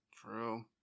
True